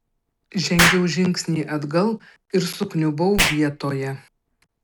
žengiau žingsnį atgal ir sukniubau vietoje